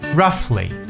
roughly